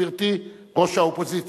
גברתי ראש האופוזיציה,